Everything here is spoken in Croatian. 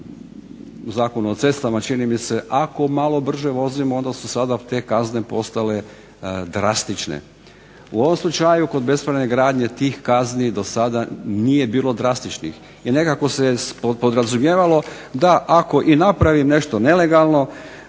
Zakon o cestama, čini mi se ako malo brže vozimo onda su sada te kazne postale drastične. U ovom slučaju kod bespravne gradnje tih kazni do sada nije bilo drastičnih i nekako se podrazumijevalo da ako i napravim nešto nelegalno